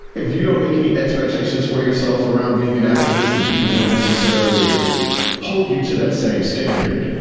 if you don't make any expectations for yourself around being an activist and people won't necessarily hold you to that same standard,